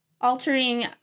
altering